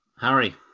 Harry